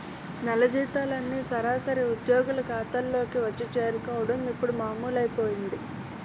నెల జీతాలన్నీ సరాసరి ఉద్యోగుల ఖాతాల్లోకే వచ్చి చేరుకోవడం ఇప్పుడు మామూలైపోయింది